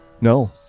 no